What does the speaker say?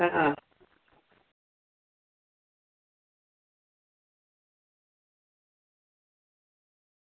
હા